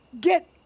get